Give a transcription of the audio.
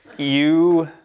you,